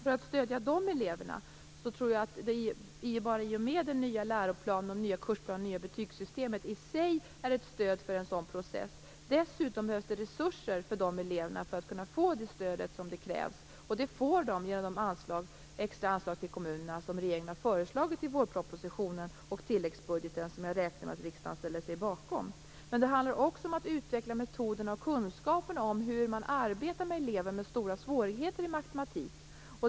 För att stödja de eleverna, tror jag att den nya läroplanen, den nya kursplanen och det nya betygssystemet i sig är viktiga. Dessutom behövs det resurser för att eleverna skall kunna få det stöd om krävs. Det får de genom de extra anslag till kommunerna som regeringen har föreslagit i vårpropositionen och tilläggsbudgeten, som jag räknar med att riksdagen ställer sig bakom. Det handlar också om att utveckla metoderna och kunskaperna om hur man arbetar med elever med stora svårigheter i matematik.